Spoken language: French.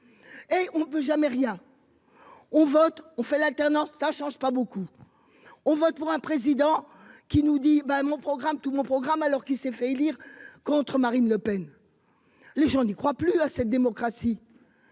Et on ne peut jamais rien. Au vote, on fait l'alternance ça change pas beaucoup. On vote pour un président qui nous dit bah mon programme, tout mon programme, alors qu'il s'est fait élire contre Marine Le Pen. Les gens n'y croient plus à cette démocratie.